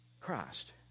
Christ